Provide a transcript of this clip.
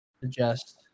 suggest